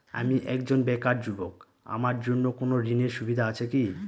আমি একজন বেকার যুবক আমার জন্য কোন ঋণের সুবিধা আছে কি?